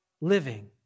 living